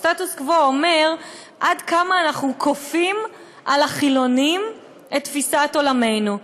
הסטטוס-קוו אומר: עד כמה אנחנו כופים על החילונים את תפיסת עולמנו.